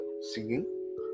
singing